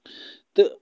تہٕ